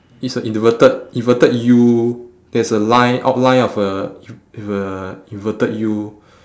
it's a inverted inverted U there is a line outline of a U with a inverted U